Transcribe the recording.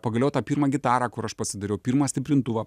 pagaliau tą pirmą gitarą kur aš pasidariau pirmą stiprintuvą